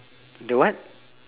the what